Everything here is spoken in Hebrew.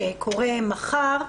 שקורה מחר,